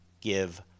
give